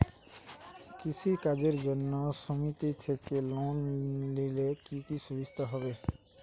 কৃষি কাজের জন্য সুমেতি থেকে লোন নিলে কি কি সুবিধা হবে?